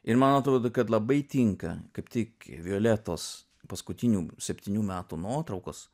ir man atrodo kad labai tinka kaip tik violetos paskutinių septynių metų nuotraukos